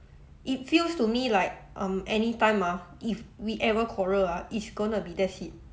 it feels to me like um any time ah if we ever quarrel ah it's gonna be that's it